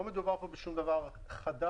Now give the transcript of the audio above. לא מדובר פה בשום דבר חדש,